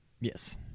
Yes